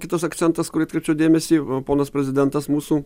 kitas akcentas kur atkreipčiau dėmesį ponas prezidentas mūsų